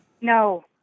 No